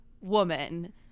woman